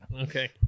Okay